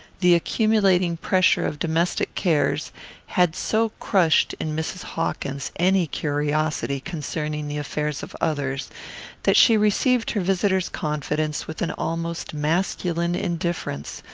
the accumulating pressure of domestic cares had so crushed in mrs. hawkins any curiosity concerning the affairs of others that she received her visitor's confidence with an almost masculine indifference,